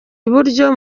iburyo